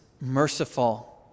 merciful